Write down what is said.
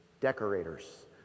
decorators